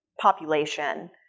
population